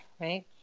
right